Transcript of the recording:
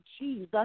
Jesus